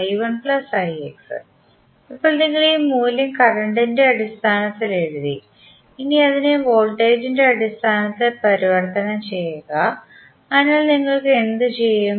ഇപ്പോൾ നിങ്ങൾ ഈ മൂല്യം കറന്റിന്റെ അടിസ്ഥാനത്തിൽ എഴുതി ഇനി അതിനെ വോൾട്ടേജിന്റെ അടിസ്ഥാനത്തിൽ പരിവർത്തനം ചെയ്യുക അതിനാൽ നിങ്ങൾ എന്തു ചെയ്യും